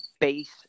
base